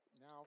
now